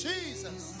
Jesus